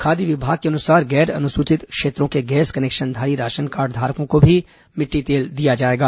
खाद्य विभाग के अनुसार गैर अनुसूचित क्षेत्रों के गैस कनेक्शनधारी राशन कार्डधारकों को भी मिट्टी तेल दिया जाएगा